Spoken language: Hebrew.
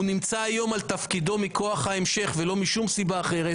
הוא נמצא היום על תפקידו מכוח המשך ולא משום סיבה אחרת,